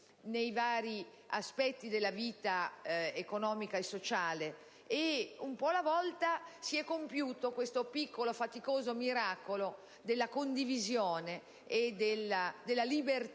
nei vari aspetti della vita economica e sociale. Un po' alla volta, si è compiuto questo piccolo e faticoso miracolo della condivisione e della libertà,